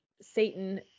Satan